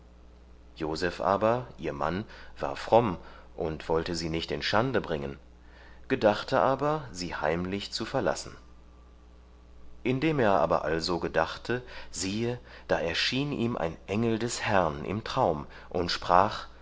joseph aber ihr mann war fromm und wollte sie nicht in schande bringen gedachte aber sie heimlich zu verlassen indem er aber also gedachte siehe da erschien ihm ein engel des herrn im traum und sprach